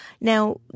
Now